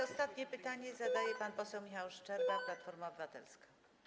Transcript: Ostatnie pytanie zadaje pan poseł Michał Szczerba, Platforma Obywatelska.